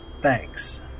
thanks